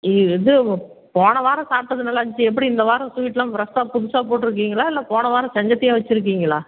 இ இது போன வாரம் சாப்பிட்டது நல்லா இருந்துச்சு எப்படி இந்த வாரம் ஸ்வீடெலாம் ஃப்ரெஸ்ஸாக புதுசாக போட்டிருக்கீங்களா இல்லை போன வாரம் செஞ்சத்தையே வச்சுருக்கீங்களா